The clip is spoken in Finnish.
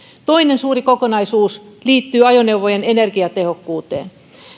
toinen suuri kokonaisuus liittyy ajoneuvojen energiatehokkuuteen